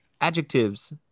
adjectives